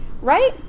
Right